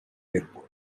airport